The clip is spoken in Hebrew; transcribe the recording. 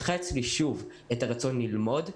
פיתחה אצלי שוב את הרצון ללמוד,